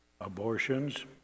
Abortions